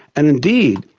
and indeed,